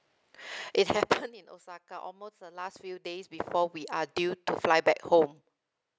it happened in osaka almost the last few days before we are due to fly back home